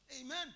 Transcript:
Amen